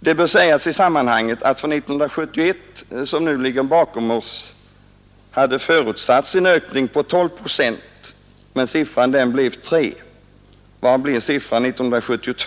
Men det bör i sammanhanget sägas att det för 1971, som nu ligger bakom oss, hade förutsatts en ökning med hela 12 procent — ökningen blev 3 procent. Vilken blir siffran för 1972?